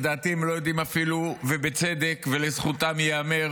לדעתי, הם לא יודעים אפילו, ובצדק, ולזכותם ייאמר,